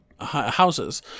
houses